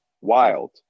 Wild